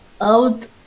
Out